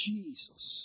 Jesus